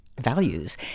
values